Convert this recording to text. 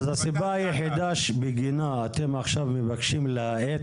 הסיבה היחידה שבגינה אתם מבקשים עכשיו להאט